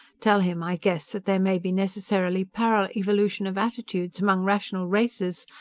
tell him i guess that there may be necessarily parallel evolution of attitudes, among rational races,